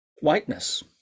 whiteness